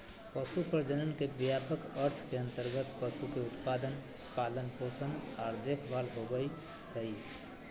पशु प्रजनन के व्यापक अर्थ के अंतर्गत पशु के उत्पादन, पालन पोषण आर देखभाल होबई हई